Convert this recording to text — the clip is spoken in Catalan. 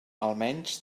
almenys